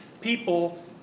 people